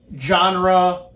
genre